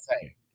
say